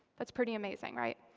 that's pretty amazing, right?